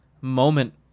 moment